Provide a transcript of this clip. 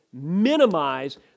minimize